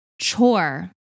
chore